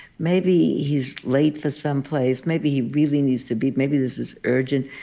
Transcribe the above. maybe he's late for some place, maybe he really needs to be maybe this is urgent,